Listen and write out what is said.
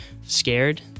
scared